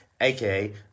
AKA